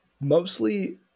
Mostly